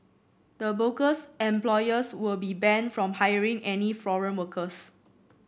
the bogus employers will be banned from hiring any foreign workers